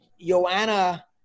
joanna